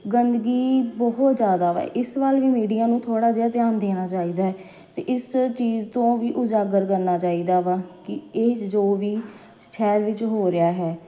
ਗੰਦਗੀ ਬਹੁਤ ਜ਼ਿਆਦਾ ਵਾ ਇਸ ਵੱਲ ਵੀ ਮੀਡੀਆ ਨੂੰ ਥੋੜ੍ਹਾ ਜਿਹਾ ਧਿਆਨ ਦੇਣਾ ਚਾਹੀਦਾ ਅਤੇ ਇਸ ਚੀਜ਼ ਤੋਂ ਵੀ ਉਜਾਗਰ ਕਰਨਾ ਚਾਹੀਦਾ ਵਾ ਕਿ ਇਹ ਜੋ ਵੀ ਸ਼ਹਿਰ ਵਿੱਚ ਹੋ ਰਿਹਾ ਹੈ